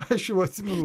aš jau atsimenu